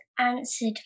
answered